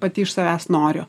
pati iš savęs noriu